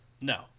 no